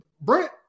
Brent